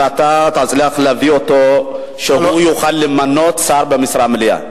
ואתה תצליח להביא אותו שהוא יוכל למנות שר במשרה מלאה.